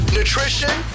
nutrition